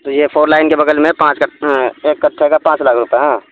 تو یہ four lane کے بگل میں پانچ اٹھے کا پانچ لاکھ روپے ہیںاں